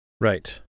Right